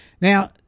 Now